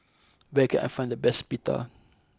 where can I find the best Pita